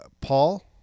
Paul